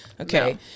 Okay